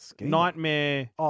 Nightmare